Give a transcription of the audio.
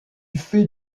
fait